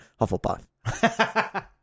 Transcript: Hufflepuff